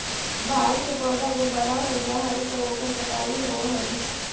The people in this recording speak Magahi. भाँग के पौधा जब बड़ा हो जा हई त ओकर कटाई होवऽ हई